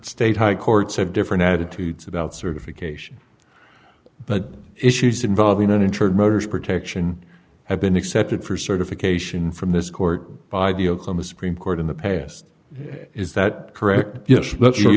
state high courts have different attitudes about certification but issues involving uninsured motorist protection have been accepted for certification from this court by the oklahoma supreme court in the past is that correct yes let